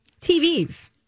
TVs